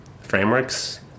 frameworks